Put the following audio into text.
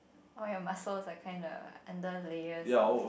all your muscles are kind of under layers